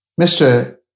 Mr